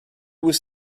was